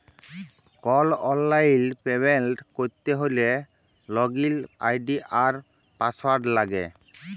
call অললাইল payment ক্যরতে হ্যলে লগইল আই.ডি আর পাসঅয়াড় লাগে